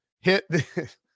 hit